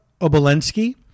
Obolensky